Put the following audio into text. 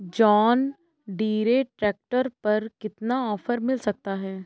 John Deere tractor पर कितना offer मिल सकता है?